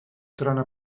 trona